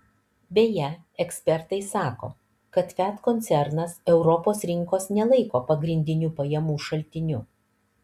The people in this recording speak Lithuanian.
beje ekspertai sako kad fiat koncernas europos rinkos nelaiko pagrindiniu pajamų šaltiniu